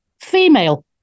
female